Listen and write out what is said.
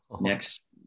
next